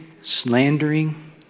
slandering